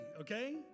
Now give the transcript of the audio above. Okay